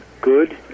good